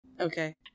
Okay